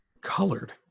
Colored